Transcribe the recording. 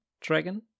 dragon